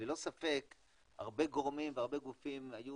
ללא ספק הרבה גורמים והרבה גופים היו